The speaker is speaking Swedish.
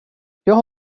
jag